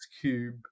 cube